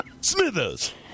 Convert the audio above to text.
Smithers